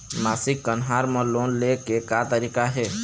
मासिक कन्हार म लोन ले के का तरीका हे?